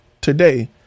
today